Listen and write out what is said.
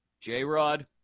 J-Rod